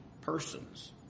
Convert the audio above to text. persons